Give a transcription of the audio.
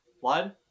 one